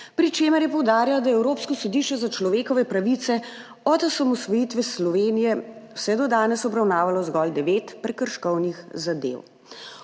pri čemer je poudarila, da je Evropsko sodišče za človekove pravice vse od osamosvojitve Slovenije do danes obravnavalo zgolj devet prekrškovnih zadev.